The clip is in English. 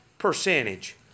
percentage